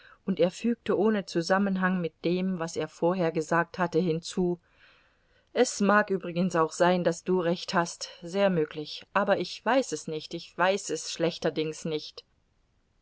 und er fügte ohne zusammenhang mit dem was er vorher gesagt hatte hinzu es mag übrigens auch sein daß du recht hast sehr möglich aber ich weiß es nicht ich weiß es schlechterdings nicht